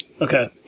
Okay